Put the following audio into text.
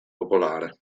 popolare